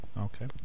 Okay